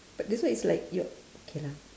but this one is like your okay lah